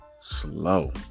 slow